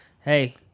Hey